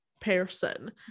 person